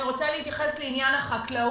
אני רוצה להתייחס לעניין החקלאות.